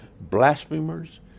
blasphemers